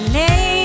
lay